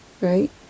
Right